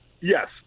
yes